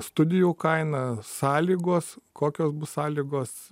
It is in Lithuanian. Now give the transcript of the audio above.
studijų kaina sąlygos kokios bus sąlygos